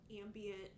ambient